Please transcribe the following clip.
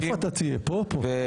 איפה אתה תהיה, פה או פה?